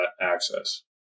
access